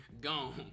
Gone